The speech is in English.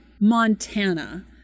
Montana